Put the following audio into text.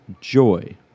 joy